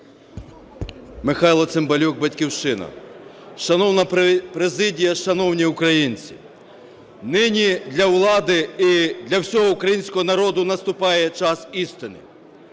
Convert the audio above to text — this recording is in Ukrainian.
Михайло Цимбалюк, "Батьківщина". Шановна президія, шановні українці! Нині для влади і для всього українського народу наступає час істини.